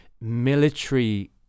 military